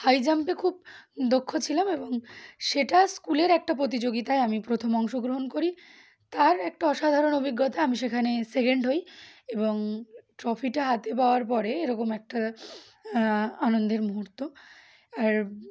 high জাম্পে খুব দক্ষ ছিলাম এবং সেটা স্কুলের একটা প্রতিযোগিতায় আমি প্রথম অংশগ্রহণ করি তার একটা অসাধারণ অভিজ্ঞতা আমি সেখানে সেকেন্ড হই এবং ট্রফিটা হাতে পাওয়ার পরে এরকম একটা আনন্দের মুহূর্ত আর